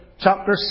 chapter